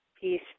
Peace